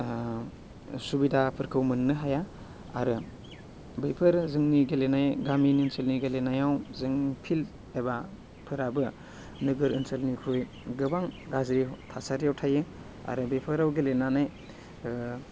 सुबिदाफोरखौ मोननो हाया आरो बैफोर जोंनि गेलेनाय गामिनि ओनसोलनि गेलेनायाव जों फिल्ड एबा फोराबो नोगोर ओनसोलनिख्रुइ गोबां गाज्रि थासारियाव थायो आरो बेफोराव गेलेनानै